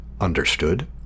Understood